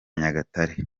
nyagatare